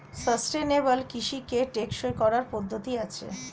sustainable কৃষিকে টেকসই করার পদ্ধতি আছে